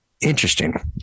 Interesting